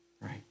right